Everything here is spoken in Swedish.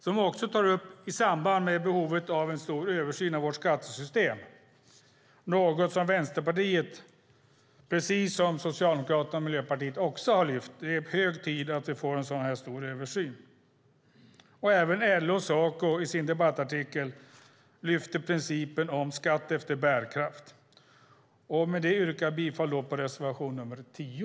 Den tar också upp behovet av en översyn av vårt skattesystem, något som Vänsterpartiet har lyft fram, precis som Socialdemokraterna och Miljöpartiet. Det är hög tid att vi får en sådan översyn. Även LO och Saco lyfte i sin debattartikel fram principen om skatt efter bärkraft. Med detta yrkar jag bifall till reservation nr 10.